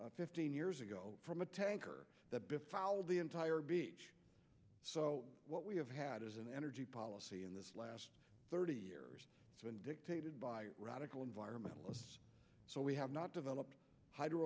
spill fifteen years ago from a tanker that befouled the entire beach so what we have had is an energy policy in this last thirty years it's been dictated by radical environmentalists so we have not developed hydro